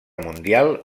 mundial